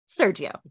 Sergio